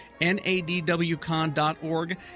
nadwcon.org